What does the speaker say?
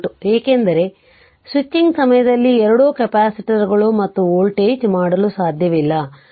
ಏಕೆಂದರೆ ಸ್ವಿಚಿಂಗ್ ಸಮಯದಲ್ಲಿ ಎರಡು ಕೆಪಾಸಿಟರ್ಗಳು ಮತ್ತೆ ವೋಲ್ಟೇಜ್ ಮಾಡಲು ಸಾಧ್ಯವಿಲ್ಲ